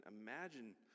Imagine